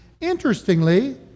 Interestingly